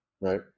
right